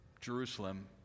Jerusalem